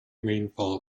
rainfall